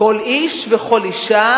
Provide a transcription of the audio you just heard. כל איש וכל אשה,